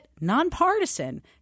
nonpartisan